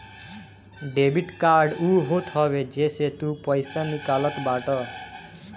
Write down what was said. debit card उ होत हवे जेसे तू पईसा निकालत बाटअ